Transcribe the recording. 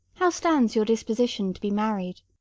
how stands your disposition to be married?